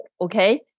okay